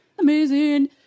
amazing